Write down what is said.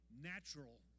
natural